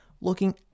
looking